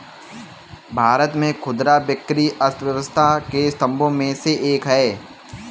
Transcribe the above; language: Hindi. भारत में खुदरा बिक्री अर्थव्यवस्था के स्तंभों में से एक है